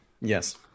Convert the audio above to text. Yes